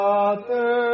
Father